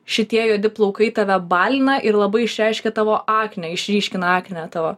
šitie juodi plaukai tave balina ir labai išreiškia tavo aknę išryškina aknę tavo